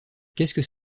qu’est